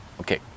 Okay